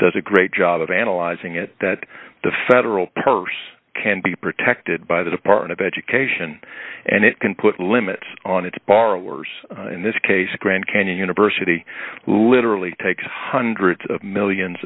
does a great job of analyzing it that the federal purse can be protected by the department of education and it can put limits on its borrowers in this case a grand canyon university literally takes hundreds of millions